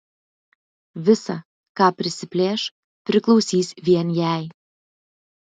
visa ką prisiplėš priklausys vien jai